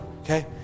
Okay